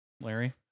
Larry